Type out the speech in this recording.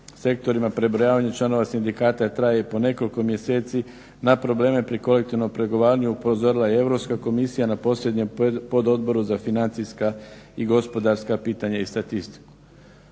sektorima prebrojavanje članova sindikata traje i po nekoliko mjeseci. Na probleme pri kolektivnom pregovaranju upozorila je i Europska komisija na posljednjem pododboru za financijska i gospodarstva pitanja i statistiku.